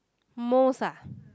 most ah